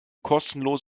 kostenlos